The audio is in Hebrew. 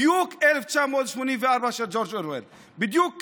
בדיוק 1984 של ג'ורג' אורוול, בדיוק כך.